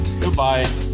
Goodbye